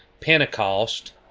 Pentecost